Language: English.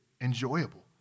enjoyable